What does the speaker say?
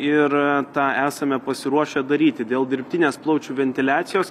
ir tą esame pasiruošę daryti dėl dirbtinės plaučių ventiliacijos